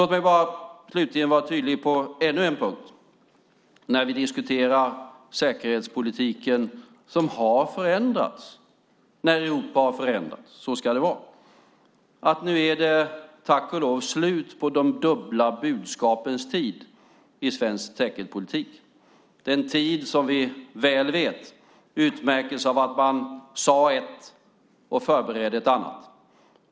Låt mig slutligen vara tydlig på ännu en punkt när vi diskuterar säkerhetspolitiken - som har förändrats när Europa har förändrats, och så ska det vara. Nu är det tack och lov slut på de dubbla budskapens tid i svensk säkerhetspolitik. Det var en tid som vi väl vet utmärktes av att man sade ett och förberedde ett annat.